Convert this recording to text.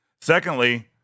Secondly